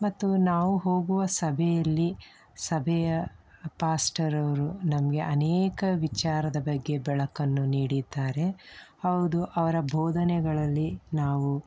ಮತ್ತು ನಾವು ಹೋಗುವ ಸಭೆಯಲ್ಲಿ ಸಭೆಯ ಪಾಸ್ಟರವರು ನಮಗೆ ಅನೇಕ ವಿಚಾರದ ಬಗ್ಗೆ ಬೆಳಕನ್ನು ನೀಡಿದ್ದಾರೆ ಹೌದು ಅವರ ಬೋಧನೆಗಳಲ್ಲಿ ನಾವು